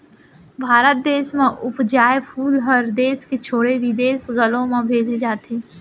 भारत देस म उपजाए फूल हर देस के छोड़े बिदेस घलौ म भेजे जाथे